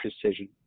precision